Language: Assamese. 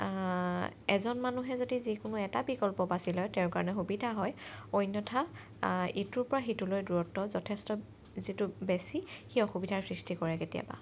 এজন মানুহে যদি যিকোনো এটা বিকল্প বাচি লয় তেওঁৰ কাৰণে সুবিধা হয় অন্যথা এইটোৰ পৰা সেইটোলৈ দূৰত্ব যথেষ্ট যিটো বেছি সি অসুবিধাৰ সৃষ্টি কৰে কেতিয়াবা